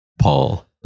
Paul